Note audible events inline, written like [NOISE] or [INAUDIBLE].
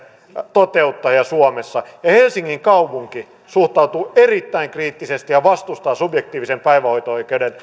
toteuttaja suomessa ja helsingin kaupunki suhtautuu erittäin kriittisesti subjektiivisen päivähoito oikeuden [UNINTELLIGIBLE]